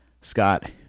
Scott